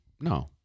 No